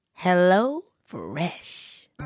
HelloFresh